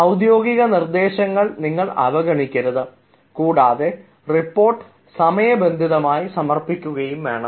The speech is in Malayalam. ഔദ്യോഗിക നിർദ്ദേശങ്ങൾ നിങ്ങൾ അവഗണിക്കരുത് കൂടാതെ റിപ്പോർട്ട് സമയബന്ധിതമായി സമർപ്പിക്കുകയും വേണം